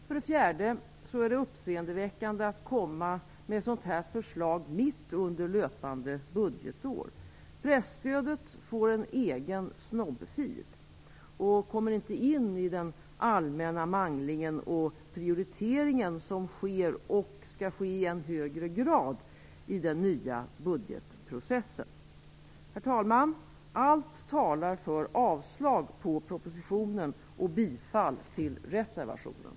För det fjärde är det uppseendeväckande att komma med ett sådant här förslag mitt under löpande budgetår. Presstödet får en egen snobbfil och kommer inte in i den allmänna mangling och prioritering som sker, och skall ske i än högre grad i de nya budgetprocessen. Herr talman! Allt talar för avslag på propositionen och bifall till reservationen.